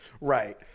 Right